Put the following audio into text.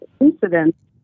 incidents